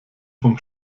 vom